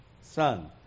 Son